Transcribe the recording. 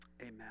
Amen